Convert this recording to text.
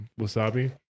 wasabi